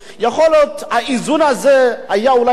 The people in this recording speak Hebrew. יכול להיות שהאיזון הזה לא היה נדרש,